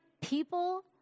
people